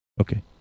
Okay